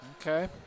Okay